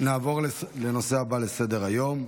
נעבור לנושא הבא על סדר-היום.